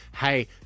Hey